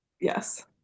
yes